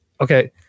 Okay